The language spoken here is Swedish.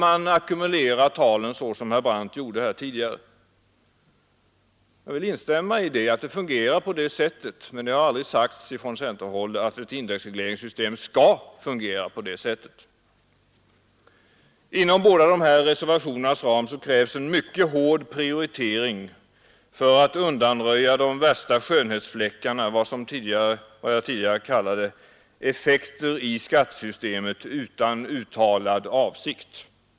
Jag vill instämma i att det fungerar på det sättet, men det har aldrig sagts från centerhåll att ett indexregleringssystem skall fungera så. Inom båda de här reservationernas ram krävs en mycket hård prioritering för att undanröja de värsta skönhetsfläckarna — vad jag tidigare kallade effekter i skattesystemet utan uttalad avsikt.